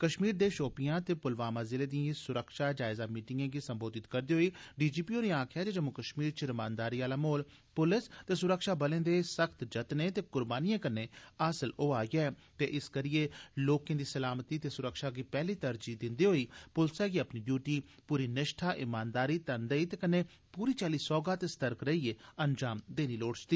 कश्मीर दे शोपियां ते पुलवामा ज़िलें दिए सुरक्षा जायजा मीटिंगें गी संबोधित करदे होई डीजीपी होरें आक्खेआ कि जम्मू कश्मीर च रमानदारी आला माहोल पुलस ते सुरक्षाबलें दे सख्त जतनें ते कुर्बानिए कन्नै हासल होई सकेआ ऐ ते इस करिए लोकें दी सलामती ते सुरक्षा गी पैह्ली तरजीह दिंदे होई पुलसै गी अपनी डयूटी निष्ठा ईमानदारी तनदेही कन्नै पूरी चाली सौह्गा ते सतर्क रेईए अंजाम देनी लोड़चदी